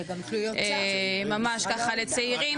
ממש ככה לצעירים,